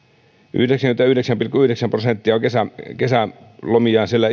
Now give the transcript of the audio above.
yhdeksänkymmentäyhdeksän pilkku yhdeksänkymmentäyhdeksän prosenttia on kesälomiaan siellä